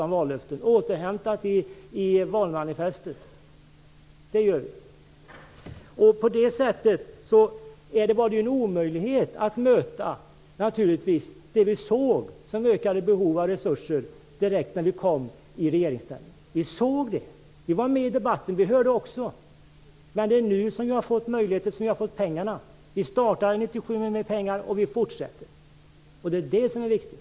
Men det var en omöjlighet att möta det vi såg i form av ökade behov av resurser direkt när vi kom i regeringsställning. Vi såg det. Vi var också med i debatten och vi såg hur det var. Men det är först nu som vi har fått möjlighet och pengar. Vi startade 1997 och vi fortsätter nu. Det är det som är viktigt.